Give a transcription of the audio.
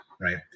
right